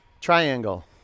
triangle